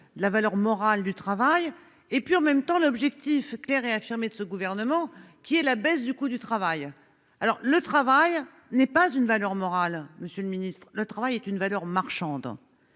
la valeur morale du travail et puis en même temps l'objectif clair et affirmée de ce gouvernement qui est la baisse du coût du travail. Alors le travail n'est pas une valeur morale. Monsieur le Ministre, le travail est une valeur marchande.